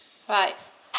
right